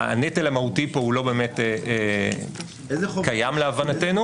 הנטל המהותי פה הוא לא באמת קיים להבנתנו.